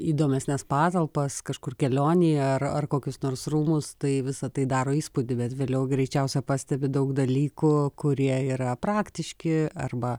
įdomesnes patalpas kažkur kelionėje ar ar kokius nors rūmus tai visa tai daro įspūdį bet vėliau greičiausiai pastebi daug dalykų kurie yra praktiški arba